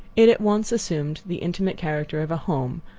it at once assumed the intimate character of a home,